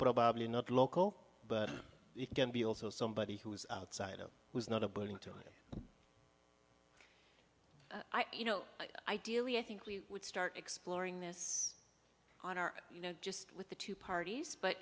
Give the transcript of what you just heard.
probably not local but you can be also somebody who is outside of who's not a burlington you know ideally i think we would start exploring this on our you know just with the two parties but